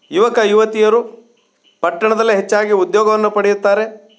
ಯುವಕ ಯುವತಿಯರು ಪಟ್ಟಣದಲ್ಲೇ ಹೆಚ್ಚಾಗಿ ಉದ್ಯೋಗವನ್ನು ಪಡೆಯುತ್ತಾರೆ